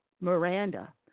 Miranda